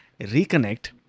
Reconnect